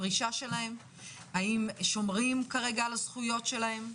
הפרישה שלהם - האם שומרים כרגע על הזכויות שלהם?